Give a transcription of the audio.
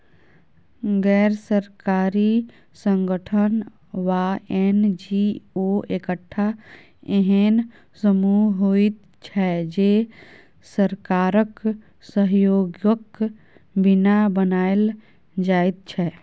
गैर सरकारी संगठन वा एन.जी.ओ एकटा एहेन समूह होइत छै जे सरकारक सहयोगक बिना बनायल जाइत छै